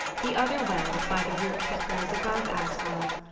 the other well is by the root that grows above asgard.